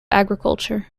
agriculture